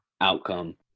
outcome